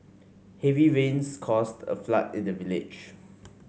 heavy rains caused a flood in the village